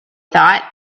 thought